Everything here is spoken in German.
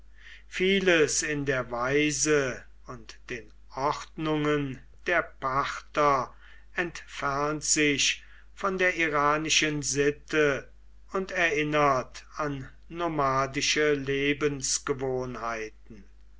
vieles in der weise und den ordnungen der parther entfernt sich von der iranischen sitte und erinnert an nomadische